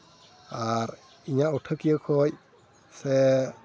ᱟᱨ ᱤᱧᱟᱹᱜ ᱩᱴᱷᱟᱹ ᱠᱤᱭᱟᱹ ᱠᱷᱚᱱ ᱥᱮ